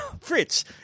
Fritz